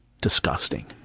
disgusting